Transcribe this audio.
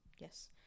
yes